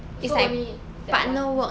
so only that [one]